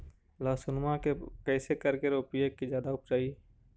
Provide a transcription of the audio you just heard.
लहसूनमा के कैसे करके रोपीय की जादा उपजई?